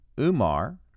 Umar